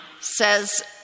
says